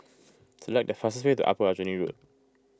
select the fastest way to Upper Aljunied Road